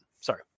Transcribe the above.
Sorry